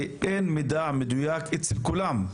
שאין מידע מדויק אצל כולם,